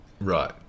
right